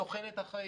בתוחלת החיים.